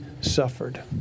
suffered